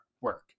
work